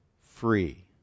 free